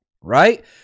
right